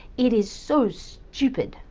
it is so so stupid.